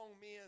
men